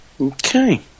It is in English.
Okay